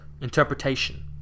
Interpretation